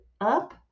up